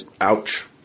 Ouch